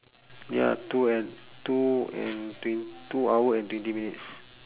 ya two and two and twen~ two hour and twenty minutes